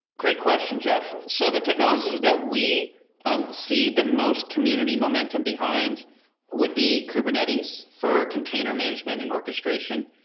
great question, jeff. so the technologies that we um see the most community momentum behind would be kubernetes for container management and orchestration.